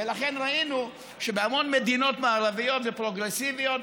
ואכן ראינו שבהמון מדינות מערביות ופרוגרסיביות